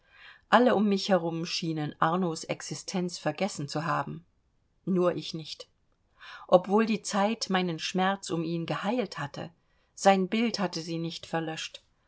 alle um mich herum schienen arnos existenz vergessen zu haben nur ich nicht obwohl die zeit meinen schmerz um ihn geheilt hatte sein bild hatte sie nicht verlöscht